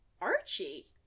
Archie